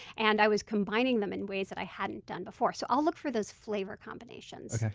and i was combining them in ways that i hadn't done before. so i'll look for those flavor combinations.